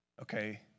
okay